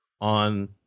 on